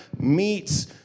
meets